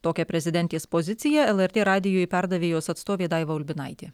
tokia prezidentės pozicija lrt radijui perdavė jos atstovė daiva ulbinaitė